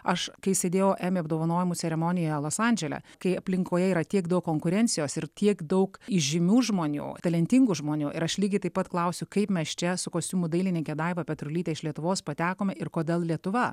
aš kai sėdėjau emmy apdovanojimų ceremonijoje los andžele kai aplinkoje yra tiek daug konkurencijos ir tiek daug įžymių žmonių talentingų žmonių ir aš lygiai taip pat klausiu kaip mes čia su kostiumų dailininke daiva petrulyte iš lietuvos patekome ir kodėl lietuva